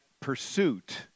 pursuit